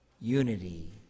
unity